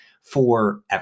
forever